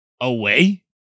away